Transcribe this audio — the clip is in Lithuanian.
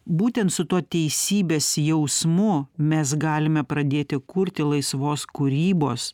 būtent su tuo teisybės jausmu mes galime pradėti kurti laisvos kūrybos